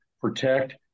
protect